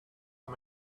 how